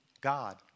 God